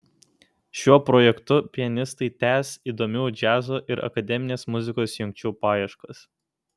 šiuo projektu pianistai tęs įdomių džiazo ir akademinės muzikos jungčių paieškas